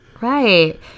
Right